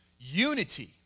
unity